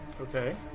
okay